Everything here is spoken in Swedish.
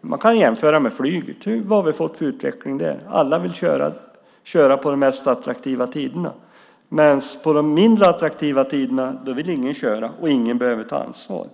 Man kan jämföra med flyget. Vad har vi fått för utveckling där? Alla vill köra på de mest attraktiva tiderna, medan ingen vill köra på de mindre attraktiva tiderna och ingen behöver ta ansvar.